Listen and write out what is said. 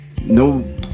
no